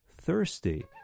thirsty